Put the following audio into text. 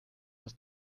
das